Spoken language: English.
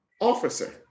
officer